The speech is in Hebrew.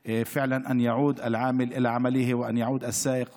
על ידי ההוצאה לפועל לקבל את רישיון הנהיגה,